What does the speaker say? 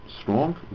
strong